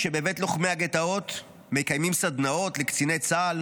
כשבבית לוחמי הגטאות מקיימים סדנאות לקציני צה"ל